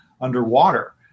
underwater